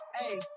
Hey